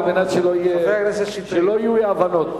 על מנת שלא יהיו אי-הבנות.